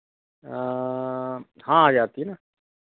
हाँ आ जाती है ना